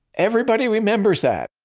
everybody remembers that